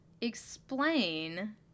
explain